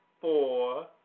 four